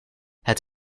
het